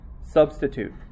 Substitute